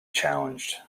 challenged